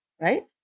right